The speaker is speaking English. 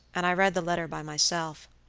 and i read the letter by myself.